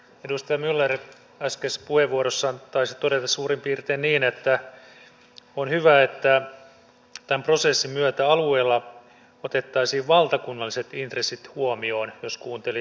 edustaja myller äskeisessä puheenvuorossa taisi todeta suurin piirtein niin että on hyvä että tämän prosessin myötä alueilla otettaisiin valtakunnalliset intressit huomioon jos kuuntelin oikein